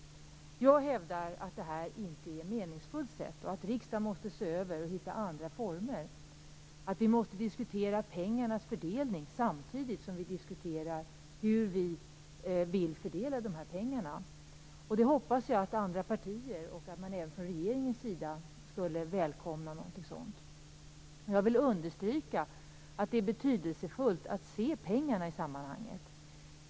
Jag hävdar att detta inte är ett meningsfullt sätt, och att riksdagen måste se över frågan och hitta andra former. Vi måste diskutera pengarnas fördelning samtidigt som vi diskuterar hur vi vill fördela dessa pengar. Jag hoppas att andra partier och även regeringen välkomnar någonting sådant. Jag vill understryka att det är betydelsefullt att se pengarna i sammanhanget.